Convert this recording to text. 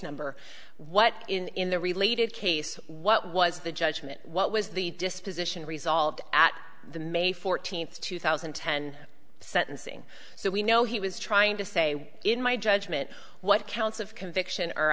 number what in the related case what was the judgment what was the disposition resolved at the may fourteenth two thousand and ten sentencing so we know he was trying to say in my judgment what counts of conviction